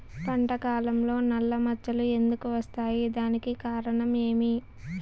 పంట కాలంలో నల్ల మచ్చలు ఎందుకు వస్తాయి? దానికి కారణం ఏమి?